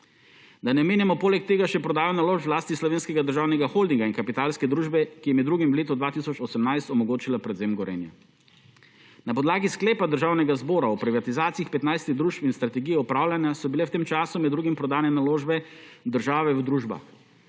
Da ne omenjamo poleg tega še prodajo naložb v lasti Slovenskega državnega holdinga in kapitalske družbe, ki je med drugim v letu 2018 omogočila prevzem Gorenja. Na podlagi sklepa Državnega zbora o privatizacijo 15-ih družb in strategiji upravljanja so bile v tem času med drugim prodane naložbe države v družbah